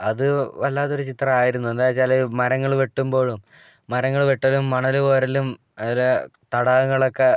അത് വല്ലാത്തൊരു ചിത്രം ആയിരുന്നു എന്താണെന്ന് വെച്ചാല് മരങ്ങൾ വെട്ടുമ്പോഴും മരങ്ങൾ വെട്ടലും മണലുകോരലും അതുപോലെ തടാകങ്ങളൊക്കെ